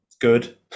good